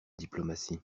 diplomatie